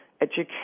education